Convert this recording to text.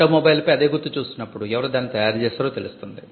automobile పై అదే గుర్తు చూసినప్పుడు ఎవరు దాన్ని తయారు చేసారో తెలుస్తుంది